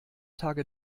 tage